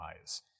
eyes